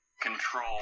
control